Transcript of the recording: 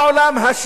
לא בשלישי,